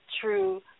true